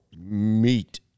meat